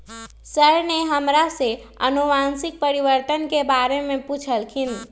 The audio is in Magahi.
सर ने हमरा से अनुवंशिक परिवर्तन के बारे में पूछल खिन